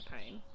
pain